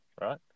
right